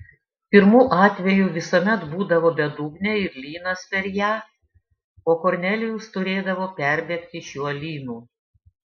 pirmu atveju visuomet būdavo bedugnė ir lynas per ją o kornelijus turėdavo perbėgti šiuo lynu